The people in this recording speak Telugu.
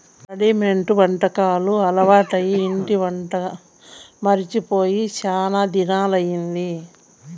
రెడిమేడు వంటకాలు అలవాటై ఇంటి వంట మరచి పోయి శానా దినాలయ్యింది